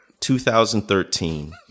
2013